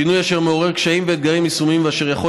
שינוי אשר מעורר קשיים ואתגרים יישומיים ואשר יכול